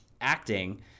acting